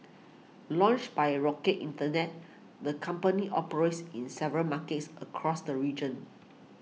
launched by a Rocket Internet the company operates in several markets across the region